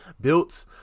built